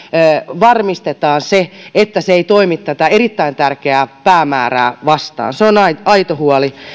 varmistetaan se että se ei toimi tätä erittäin tärkeää päämäärää vastaan se on aito huoli